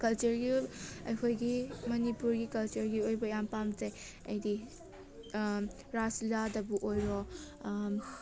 ꯀꯜꯆꯔꯒꯤ ꯑꯣꯏꯕ ꯑꯩꯈꯣꯏꯒꯤ ꯃꯅꯤꯄꯨꯔꯒꯤ ꯀꯜꯆꯔꯒꯤ ꯑꯣꯏꯕ ꯌꯥꯝ ꯄꯥꯝꯖꯩ ꯍꯥꯏꯗꯤ ꯔꯥꯁ ꯂꯤꯂꯥꯗꯕꯨ ꯑꯣꯏꯔꯣ